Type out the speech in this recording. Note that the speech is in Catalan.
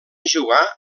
jugà